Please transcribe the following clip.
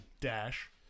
Dash